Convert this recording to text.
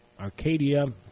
Arcadia